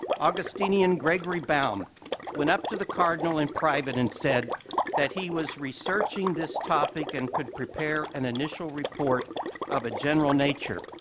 augustinian gregory baum went up to the cardinal in private and said that he was researching this topic and could prepare an initial report of a general nature.